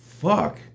fuck